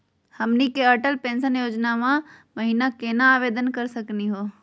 हमनी के अटल पेंसन योजना महिना केना आवेदन करे सकनी हो?